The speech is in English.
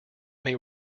may